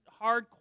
hardcore